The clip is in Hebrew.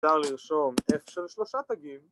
‫אפשר לרשום, F של שלושה תגים.